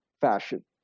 fashion